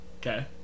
Okay